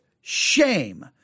shame